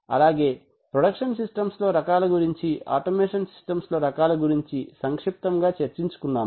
అలాగే production system లో రకాల గురించి మరియు ఆటోమేషన్ సిస్టమ్స్ లో రకాల గురించి సంక్షిప్తముగా చర్చించుకున్నాము